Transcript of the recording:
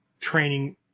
training